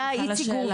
סליחה על השאלה.